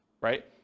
right